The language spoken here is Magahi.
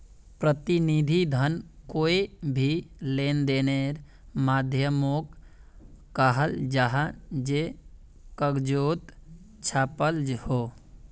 प्रतिनिधि धन कोए भी लेंदेनेर माध्यामोक कहाल जाहा जे कगजोत छापाल हो